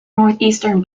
northeastern